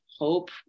hope